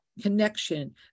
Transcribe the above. connection